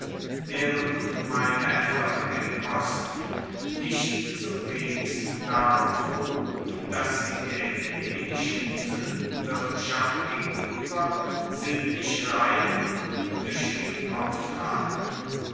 deren ungemeine erfolge im osten nicht zum wenigsten darauf beruhten dass sie der hellenischen suendenwirtschaft gegenueber sittlich rein und tuechtig auftraten